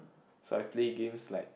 so I play games like